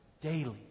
daily